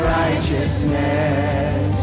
righteousness